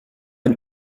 ein